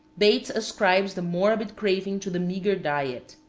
bates ascribes the morbid craving to the meagre diet.